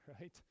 right